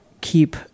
keep